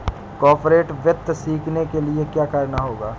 corporate वित्त सीखने के लिया क्या करना होगा